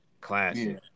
classic